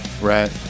Right